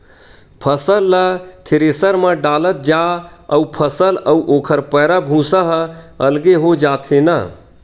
फसल ल थेरेसर म डालत जा अउ फसल अउ ओखर पैरा, भूसा ह अलगे हो जाथे न